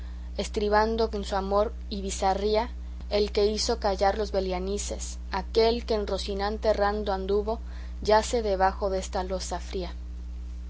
tuvo estribando en su amor y bizarría el que hizo callar los belianises aquel que en rocinante errando anduvo yace debajo desta losa fría